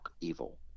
evil